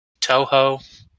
Toho